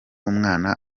umwana